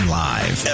live